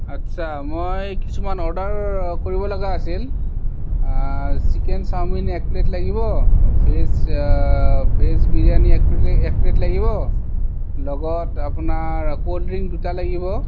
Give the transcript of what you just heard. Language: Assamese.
আচ্ছা মই কিছুমান অৰ্ডাৰ কৰিবলগীয়া আছিল চিকেন চাউমিন একপ্লেট লাগিব ফ্ৰেছ ফ্ৰেছ বিৰিয়ানি একপ্লেট একপ্লেট লাগিব লগত আপোনাৰ কল্ড ড্ৰিংক দুটা লাগিব